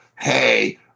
Hey